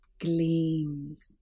gleams